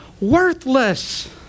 worthless